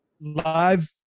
live